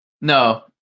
No